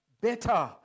better